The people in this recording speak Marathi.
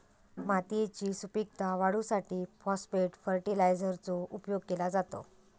मातयेची सुपीकता वाढवूसाठी फाॅस्फेट फर्टीलायझरचो उपयोग केलो जाता